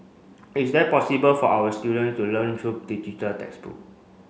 is there possible for our students to learn through digital textbook